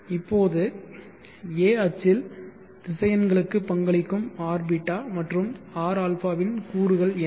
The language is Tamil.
இப்போது a அச்சில் திசையன்களுக்கு பங்களிக்கும் rβ மற்றும் rα இன் கூறுகள் என்ன